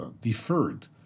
deferred